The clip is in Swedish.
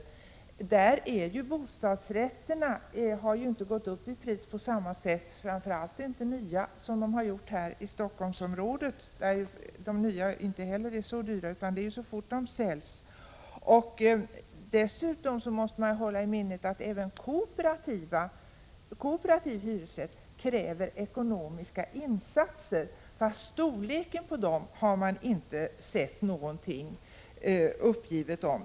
På mindre orter har ju bostadsrätterna inte gått upp i pris på samma sätt — framför allt inte nya — som de har gjort här i Stockholmsområdet. Inte heller här är de nyproducerade bostadsrätterna så dyra, utan det är så fort de säljs som priset stiger kraftigt. Man måste dessutom hålla i minnet att även kooperativ hyresrätt kräver ekonomiska insatser. Men vilken storlek dessa insatser skulle ha har det ännu inte uppgivits något om.